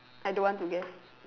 I don't want to guess